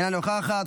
אינה נוכחת,